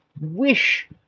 wish